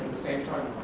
same timeline.